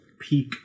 peak